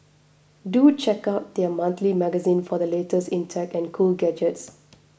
do check out their monthly magazine for the latest in tech and cool gadgets